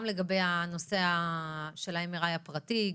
גם לגבי נושא ה-MRI הפרטי,